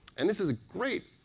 and this is great.